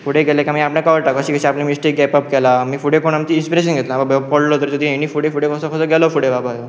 फुडे गेले आमी कळटा कशी आपले मिस्टेक गॅप अप केला आमचे फुडे कोणाक आमी इंस्परेशन पडलो तर तुजी हे फुडे फुडे कसो गेलो फुडे गेलो बाबा